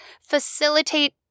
facilitate